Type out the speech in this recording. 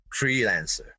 freelancer